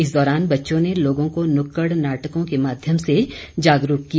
इस दौरान बच्चों ने लोगों को नुक्कड़ नाटकों के माध्यम से जागरूक किया